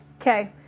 Okay